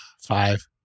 Five